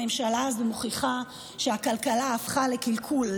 הממשלה הזו מוכיחה שהכלכלה הפכה לקלקול,